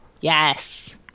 yes